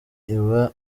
iba